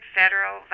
federal